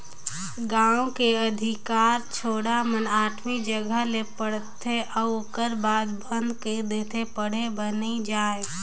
गांव के अधिकार छौड़ा मन आठवी जघा ले पढ़थे अउ ओखर बाद बंद कइर देथे पढ़े बर नइ जायें